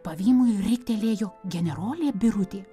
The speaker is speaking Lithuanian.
pavymui riktelėjo generolė birutė